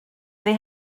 they